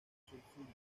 sulfúrico